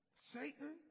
Satan